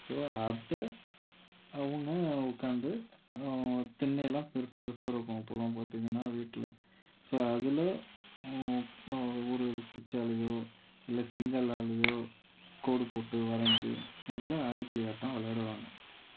so அதை அவங்க உக்கார்ந்து அவங்க திண்ணைலாம் பெருசு பெருசாக இருக்கும் அப்போதுலாம் பார்த்திங்கன்னா வீட்டில் ஸோ அதில் ஒரு குச்சாலேயோ இல்லை செங்கல்லாலேயோ கோடு போட்டு வரைஞ்சு அதில் ஆடு புலி ஆட்டம் விளையாடுவாங்க